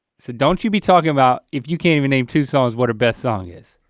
so don't you be talking about, if you can't even name two songs what her best song is.